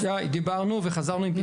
שי, דיברנו וחזרנו עם פתרון.